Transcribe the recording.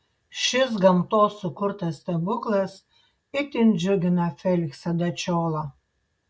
šis gamtos sukurtas stebuklas itin džiugina feliksą dačiolą